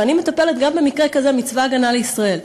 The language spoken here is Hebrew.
ואני מטפלת גם במקרה כזה מצבא ההגנה לישראל,